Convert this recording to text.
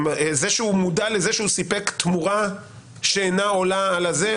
זה שהוא מודע לזה שהוא סיפק תמורה שאינה עולה על זה,